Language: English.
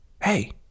Hey